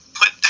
put